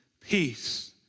peace